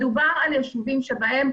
מדובר על יישובים שבהם,